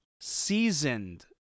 seasoned